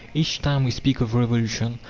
each time we speak of revolution,